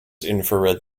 infrared